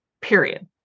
period